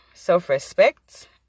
self-respect